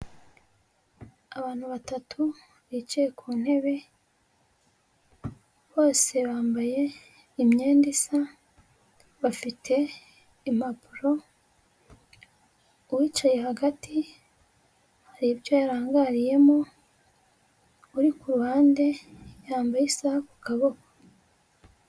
Abantu batatu bicaye ku ntebe, bose bambaye imyenda isa, bafite impapuro, uwicaye hagati hari ibyo yarangariyemo, uri ku ruhande yambaye isaha ku kaboko.